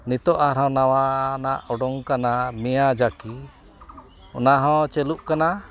ᱱᱤᱛᱚᱜ ᱟᱨᱦᱚᱸ ᱱᱟᱣᱟᱱᱟᱜ ᱚᱰᱚᱝ ᱠᱟᱱᱟ ᱢᱮᱭᱟᱡᱟᱠᱤ ᱚᱱᱟᱦᱚᱸ ᱪᱟᱹᱞᱩᱜ ᱠᱟᱱᱟ